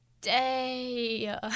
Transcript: day